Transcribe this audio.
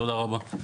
תודה רבה.